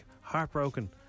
heartbroken